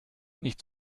nicht